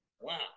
Wow